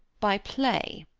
by play.